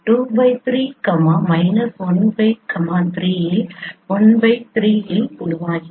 5 மற்றும் 23 13 இல் உருவாகின்றன